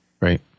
Right